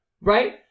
Right